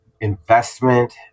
Investment